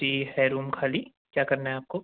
जी है रूम खाली क्या करना है आपको